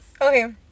Okay